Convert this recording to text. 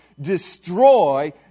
destroy